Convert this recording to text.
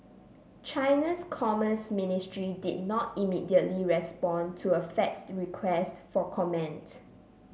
China's commerce ministry did not immediately respond to a faxed request for comment